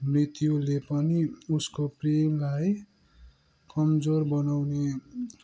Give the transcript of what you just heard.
मृत्युले पनि उसको प्रेमलाई कमजोर बनाउने